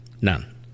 none